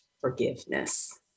forgiveness